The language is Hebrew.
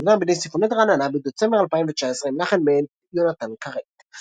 שנוגנה בידי סימפונט רעננה בדצמבר 2019 עם לחן מאת יונתן קרת.